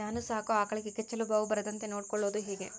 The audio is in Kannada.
ನಾನು ಸಾಕೋ ಆಕಳಿಗೆ ಕೆಚ್ಚಲುಬಾವು ಬರದಂತೆ ನೊಡ್ಕೊಳೋದು ಹೇಗೆ?